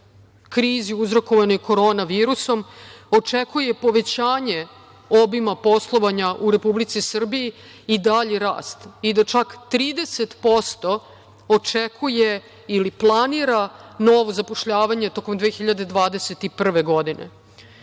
je uzrokovana korona virusom, očekuje povećanje obima poslovanja u Republici Srbiji, i dalje raste i da čak 30% očekuje ili planira novo zapošljavanje tokom 2021. godine. To